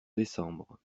décembre